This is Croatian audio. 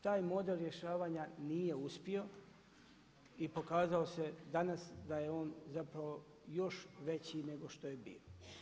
Taj model rješavanja nije uspio i pokazao se danas da je on zapravo još veći nego što je bio.